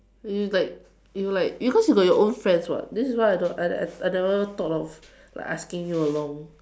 you like you like because you got your own friends [what] this is why why I never thought of like asking you along